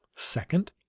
second,